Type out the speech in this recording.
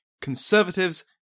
Conservatives